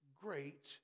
great